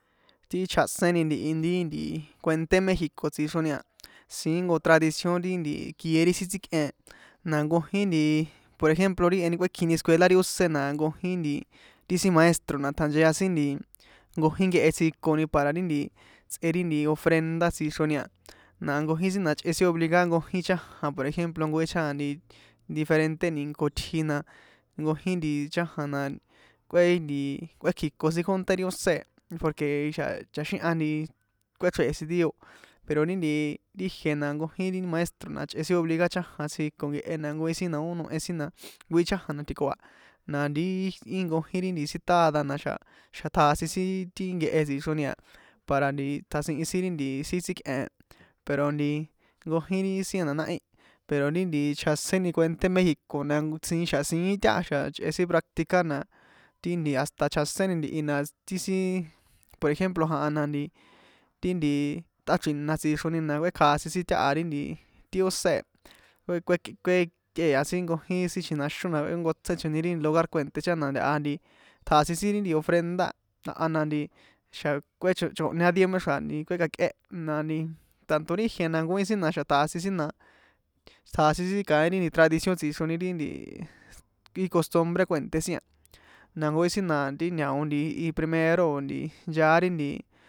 Ti chjaséni ntihi ri nti kuenté mexico tsixroni a siín jnko tradición ri nti kie ri sin tsíkꞌen na jnkojin nti por ejemplo ri jeheni kuékjini escuela ri ósé na jnkojín nti nti ti sin maestro na tjanchia sin nti nkojín nkehe tsjijikoni para ri nti tsꞌe ri nti ofrenda tsixroni a na nkojín sin na ichꞌe sin obligar nkojín chájan por ejemplo nkojín chajan nti diferente ni̱nko itji na nkojin chajan nankꞌue nti kꞌuékji̱ko sin kjónte ri ósé porque xa chaxíhan nti kuechréhe̱ sin dio pero ri nti ijiena nkojin ri maestro na chꞌe sin obligar chajan tsjijiko nkehe na nkojin sin na ó hohe sin na nkojin chajan na tji̱koha na ri nkojin ri sin tada na̱xa̱ tjasin sin ri nkehe e tsixroni para tjasinhin sin ri sin tsíkꞌen e pero nti nkojin ri sin a na nahí pero ri ntihi chjaséni kuenté mexico na xa siín taha xa chꞌe sin practicar na hasta chjaseni ntihi na ti sin por ejemplo janhan na nti ti nti tꞌáchri̱na tsixroni na kꞌuékjasin sin taha ri nti ósé ee kueki kuékꞌea sin nkojin sin chjinaxón na kuékonkotsechoni ri lugar kue̱nté chꞌán na ntaha nti tjasin sin ri ofrenda janhan na nti nxa̱ kꞌuéchonhan dio méxra̱ nti kuékjakꞌé na nti tanto ri ijiena nkojin sin na na̱xa̱ tjasin sin na na̱xa̱ tjasin sin kaín ri tradicio tsixroni ri nti costumbre kue̱nté sin na nkojin sin na ri ñao primero o̱ yaá ri nti.